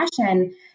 passion